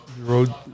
road